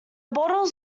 bottles